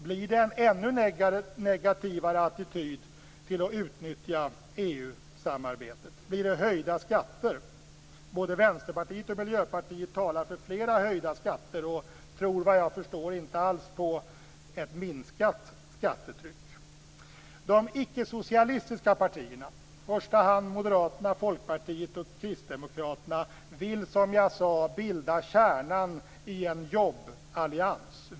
Blir det en ännu mer negativ attityd till att utnyttja EU-samarbetet? Blir det höjda skatter? Både Vänsterpartiet och Miljöpartiet talar för fler höjda skatter. De tror vad jag förstår inte alls på ett minskat skattetryck. De icke-socialistiska partierna, i första hand Moderaterna, Folkpartiet och Kristdemokraterna, vill som jag sade bilda kärnan i en jobballians.